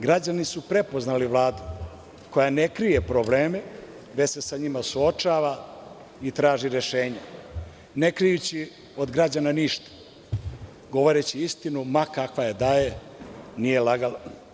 Građani su prepoznali Vladu koja ne krije probleme, već se sa njima suočava i traži rešenje, ne krijući od građana ništa, govoreći istinu ma kakva je da je nijelagala.